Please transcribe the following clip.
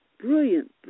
brilliant